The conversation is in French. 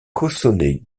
cossonay